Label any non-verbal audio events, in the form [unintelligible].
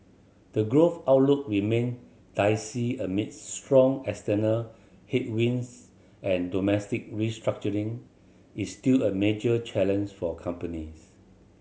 the growth outlook remain dicey amid strong external headwinds and domestic restructuring is still a major [unintelligible] for companies